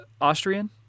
Austrian